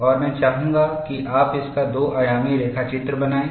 और मैं चाहूंगा कि आप इसका दो आयामी रेखाचित्र बनाएं